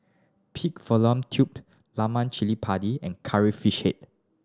Pig Fallopian Tubes Lemak Cili Padi and Curry Fish Head